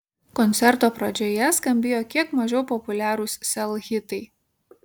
koncerto pradžioje skambėjo kiek mažiau populiarūs sel hitai